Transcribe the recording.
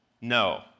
No